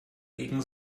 gegen